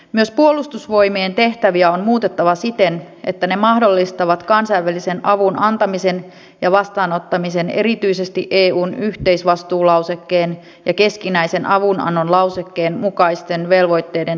myös puolustusvoimien tehtäviä on muutettava siten että ne mahdollistavat kansainvälisen avun antamisen ja vastaanottamisen erityisesti eun yhteisvastuulausekkeen ja keskinäisen avunannon lausekkeen mukaisten velvoitteiden täytäntöönpanotilanteissa